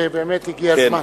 ובאמת הגיע הזמן.